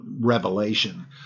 revelation